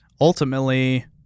ultimately